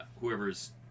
whoever's